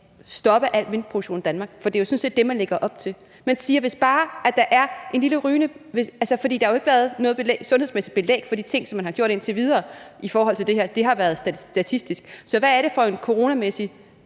stoppe al minkproduktion i Danmark? For det er jo sådan set det, man lægger op til. Der har jo ikke været noget sundhedsmæssigt belæg for de ting, som man har gjort indtil videre i forhold til det her, det har været statistisk. Så hvad er det for en coronamæssig